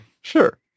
Sure